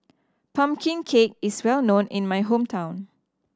pumpkin cake is well known in my hometown